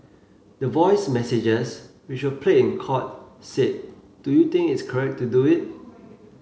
the voice messages which were played in court said do you think its correct to do it